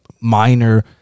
minor